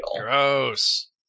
Gross